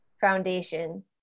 foundation